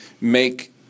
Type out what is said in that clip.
make